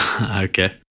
Okay